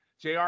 JR